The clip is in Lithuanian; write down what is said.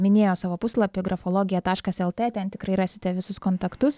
minėjo savo puslapį grafologija taškas lt ten tikrai rasite visus kontaktus